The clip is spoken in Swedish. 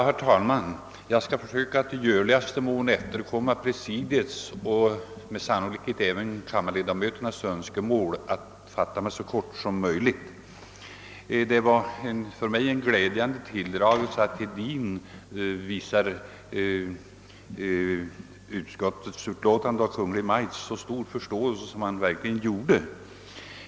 Herr talman! Jag skall i görligaste mån efterkomma presidiets och med sannolikhet även kammarledamöternas önskemål genom att fatta mig så kort som möjligt. Det var för mig glädjande att herr Hedin visade så stor förståelse för utskottet och Kungl. Maj:t som han verkligen gjorde.